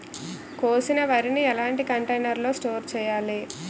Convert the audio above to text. కోసిన వరిని ఎలాంటి కంటైనర్ లో స్టోర్ చెయ్యాలి?